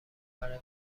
برای